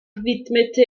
widmete